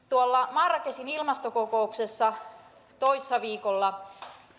marrakechin ilmastokokouksessa toissa viikolla